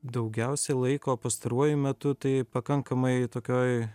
daugiausia laiko pastaruoju metu tai pakankamai tokioj